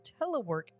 telework